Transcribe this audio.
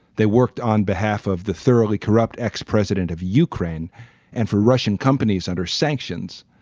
they worked on behalf of the thoroughly corrupt ex president of ukraine and four russian companies under sanctions.